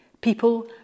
people